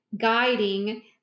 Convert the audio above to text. guiding